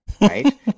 right